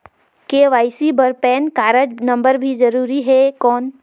KYC बर PAN card नम्बर भी जरूरी हे कौन?